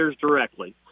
directly